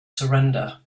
surrender